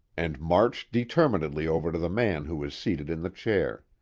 and marched determinedly over to the man who was seated in the chair.